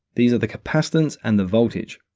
these are the capacitance and the voltage.